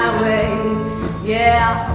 way yeah,